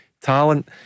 talent